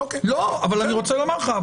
אבל אני רוצה לומר לך.